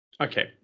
Okay